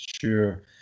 sure